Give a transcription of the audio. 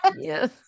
Yes